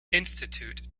institute